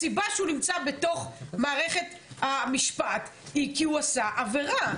הסיבה שהוא נמצא בתוך מערכת המשפט היא כי הוא עשה עבירה.